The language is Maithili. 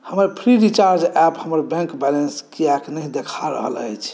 हमर फ्रीचार्ज एप हमर बैंक बैलेंस किएक नहि देखा रहल अछि